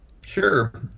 Sure